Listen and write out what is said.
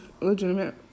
legitimate